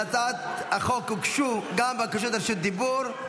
להצעת החוק הוגשו גם בקשות רשות דיבור.